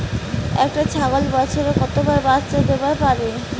একটা ছাগল বছরে কতবার বাচ্চা দিবার পারে?